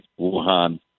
Wuhan